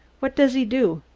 what does he do?